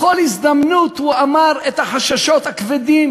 בכל הזדמנות הוא אמר את החששות הכבדים